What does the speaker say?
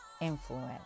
influence